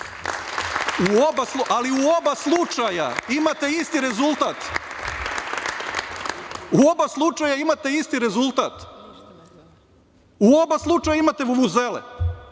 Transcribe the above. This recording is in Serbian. U oba slučaja imate isti rezultat, u oba slučaja imate isti rezultat. U oba slučaja imate vuvuzele.